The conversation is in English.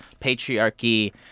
patriarchy